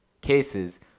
cases